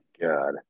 God